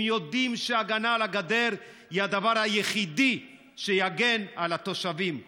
הם יודעים שההגנה על הגדר היא הדבר היחידי שיגן על התושבים כאן.